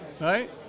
Right